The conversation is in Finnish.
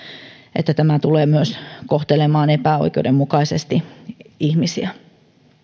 että tämä tulee myös kohtelemaan epäoikeudenmukaisesti ihmisiä